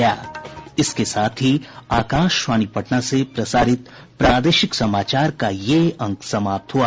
इसके साथ ही आकाशवाणी पटना से प्रसारित प्रादेशिक समाचार का ये अंक समाप्त हुआ